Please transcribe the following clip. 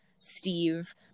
steve